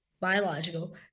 biological